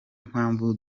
mpamvu